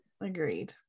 agreed